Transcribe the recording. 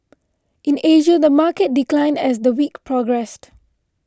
in Asia the market declined as the week progressed